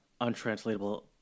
Untranslatable